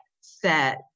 set